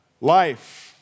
life